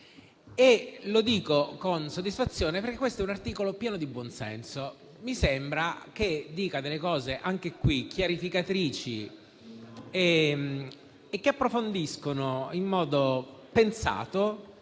Lo dico con soddisfazione, perché questo è un articolo pieno di buonsenso, che mi sembra dica delle cose chiarificatrici che approfondiscono in modo pensato